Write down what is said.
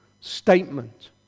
statement